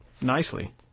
nicely